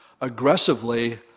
aggressively